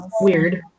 weird